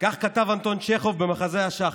כך כתב אנטון צ'כוב במחזה השחף,